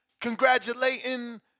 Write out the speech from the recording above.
congratulating